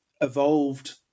evolved